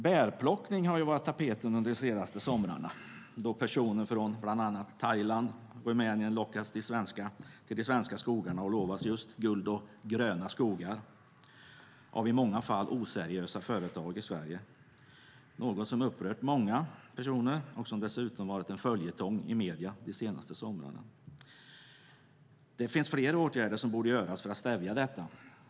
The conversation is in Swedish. Bärplockning har ju varit på tapeten under de senaste somrarna då personer från bland annat Thailand och Rumänien lockats till de svenska skogarna och lovats just guld och gröna skogar av i många fall oseriösa företag i Sverige. Det är något som upprört många personer och som dessutom varit en följetong i medierna de senaste somrarna. Det finns flera åtgärder som borde vidtas för att stävja detta.